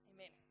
Amen